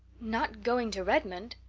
not going to redmond!